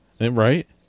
right